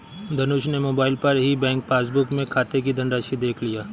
धनुष ने मोबाइल पर ही बैंक पासबुक में खाते की धनराशि देख लिया